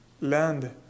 land